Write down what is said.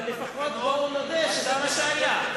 אבל לפחות בואו נודה שזה מה שהיה.